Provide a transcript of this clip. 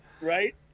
right